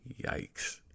Yikes